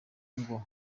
ngo